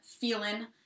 feeling